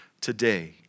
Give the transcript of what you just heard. today